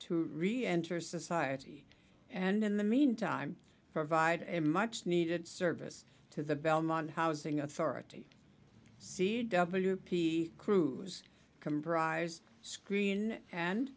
to reenter society and in the meantime provide a much needed service to the belmont housing authority c w p crews comprised screen and